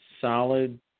solid